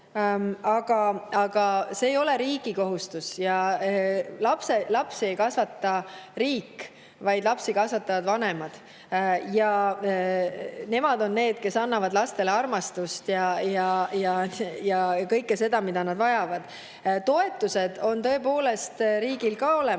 Aga see ei ole riigi kohustus ja lapsi ei kasvata riik, vaid lapsi kasvatavad vanemad ja nemad on need, kes annavad lastele armastust ja kõike seda, mida nad vajavad. Toetused on tõepoolest riigil olemas